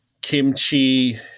kimchi